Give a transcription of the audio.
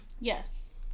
Yes